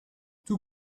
tout